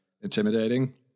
intimidating